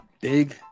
big